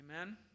amen